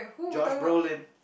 Josh-Brolin